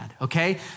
okay